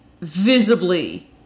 visibly